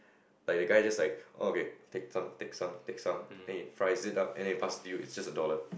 like the guy just like oh okay take some take some take some then he fries it up and then he pass it to you it's just a dollar